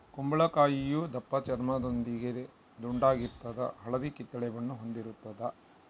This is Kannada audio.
ಕುಂಬಳಕಾಯಿಯು ದಪ್ಪಚರ್ಮದೊಂದಿಗೆ ದುಂಡಾಗಿರ್ತದ ಹಳದಿ ಕಿತ್ತಳೆ ಬಣ್ಣ ಹೊಂದಿರುತದ